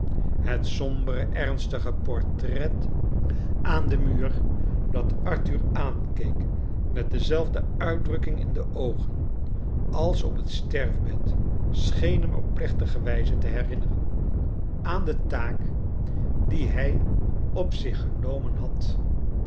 het sombere ernstige portret aan den muur dat arthur aankoek met dezelfde uitdrnkking in de oogen als op het sterfbed scheen hem op pleelitige wijze te herinnoren aan de taak die hij op zich genomen had